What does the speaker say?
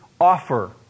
offer